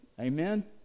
Amen